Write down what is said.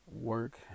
work